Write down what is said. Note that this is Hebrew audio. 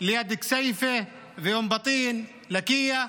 ליד כסייפה, אום בטין ולקיה,